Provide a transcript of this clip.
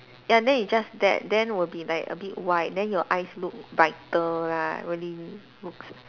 ya then you just dab then will be like a bit white then your eyes look brighter ah really